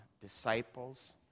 disciples